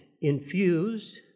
infused